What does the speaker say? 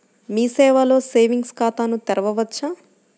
మీ సేవలో సేవింగ్స్ ఖాతాను తెరవవచ్చా?